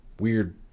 weird